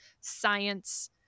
science